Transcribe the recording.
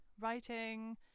writing